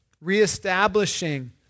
reestablishing